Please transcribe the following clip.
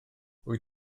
wyt